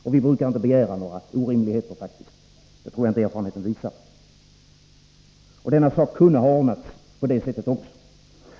Vi brukar faktiskt inte begära några orimligheter. Det tror jag att erfarenheten visat. Denna sak kunde också ha ordnats på det sättet.